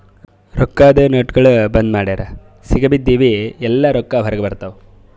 ರೊಕ್ಕಾದು ನೋಟ್ಗೊಳ್ ಬಂದ್ ಮಾಡುರ್ ಸಿಗಿಬಿದ್ದಿವ್ ಎಲ್ಲಾ ರೊಕ್ಕಾ ಹೊರಗ ಬರ್ತಾವ್